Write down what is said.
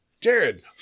Jared